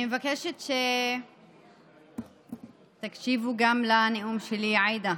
אני מבקשת שתקשיבו גם לנאום שלי, עאידה,